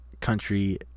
country